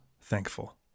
thankful